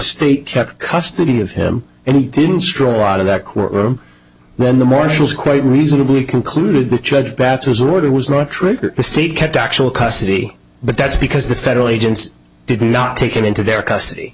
state kept custody of him and he didn't straw out of that courtroom when the marshals quite reasonably concluded that judge batts was what it was not triggered the state kept actual custody but that's because the federal agents did not take him into their custody